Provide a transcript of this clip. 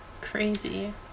Crazy